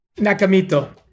NAKAMITO